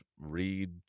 read